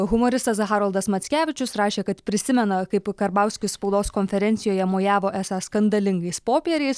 humoristas haroldas mackevičius rašė kad prisimena kaip karbauskis spaudos konferencijoje mojavo esą skandalingais popieriais